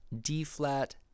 D-flat